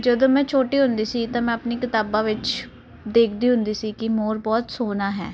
ਜਦੋਂ ਮੈਂ ਛੋਟੀ ਹੁੰਦੀ ਸੀ ਤਾਂ ਮੈਂ ਆਪਣੀ ਕਿਤਾਬਾਂ ਵਿੱਚ ਦੇਖਦੀ ਹੁੰਦੀ ਸੀ ਕਿ ਮੋਰ ਬਹੁਤ ਸੋਹਣਾ ਹੈ